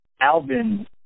Alvin